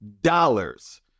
dollars